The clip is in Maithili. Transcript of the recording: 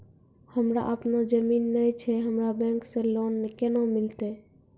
हमरा आपनौ जमीन नैय छै हमरा बैंक से लोन केना मिलतै?